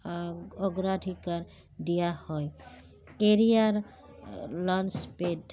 অগ্ৰাধিকাৰ দিয়া হয় কেৰিয়াৰ লঞ্চ পেড